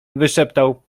wyszeptał